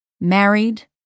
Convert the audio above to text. Married